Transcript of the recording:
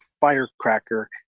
firecracker